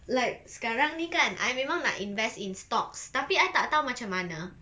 like sekarang ni kan I memang nak invest in stocks tapi I tak tahu macam mana